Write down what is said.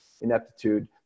ineptitude